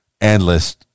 endless